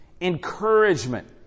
encouragement